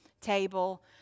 table